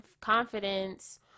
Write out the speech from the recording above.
confidence